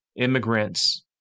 immigrants